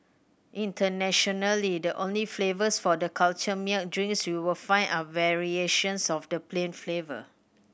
internationally the only flavours for the cultured milk drinks you will find are variations of the plain flavour